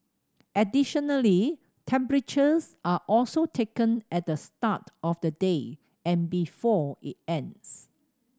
additionally temperatures are also taken at the start of the day and before it ends